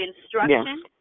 instruction